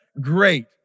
great